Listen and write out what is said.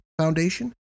Foundation